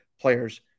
players